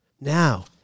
Now